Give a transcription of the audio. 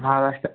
महाराष्ट्राचं